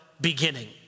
beginning